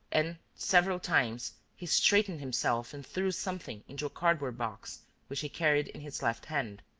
and, several times, he straightened himself and threw something into a cardboard box which he carried in his left hand.